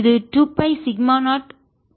இது 2 pi sigma 0 d r க்கு சமம்